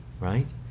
right